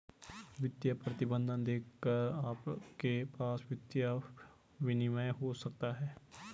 वित्तीय प्रतिबंध देखकर आपके पास वित्तीय विनियमन हो सकता है